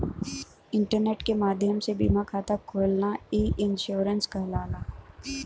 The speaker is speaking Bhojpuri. इंटरनेट के माध्यम से बीमा खाता खोलना ई इन्शुरन्स कहलाला